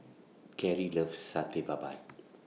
Cari loves Satay Babat